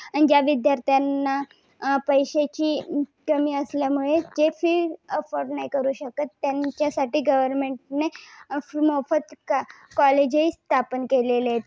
आणि ज्या विद्यार्थ्यांना पैशाची कमी असल्यामुळे जे फी अफॉर्ड नाही करू शकत त्यांच्यासाठी गव्हर्नमेंटने मोफत कॉलेजेस स्थापन केलेले आहेत